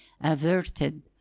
averted